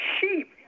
sheep